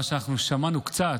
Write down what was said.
מה ששמענו קצת,